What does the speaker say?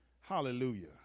Hallelujah